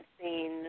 seen